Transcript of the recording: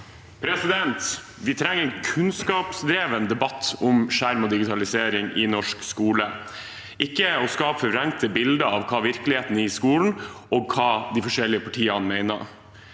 Vi trenger en kunnskapsdrevet debatt om skjerm og digitalisering i norsk skole, ikke å skape forvrengte bilder av hva virkeligheten i skolen er, og hva de forskjellige partiene mener.